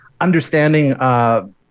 understanding